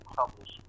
publish